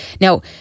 Now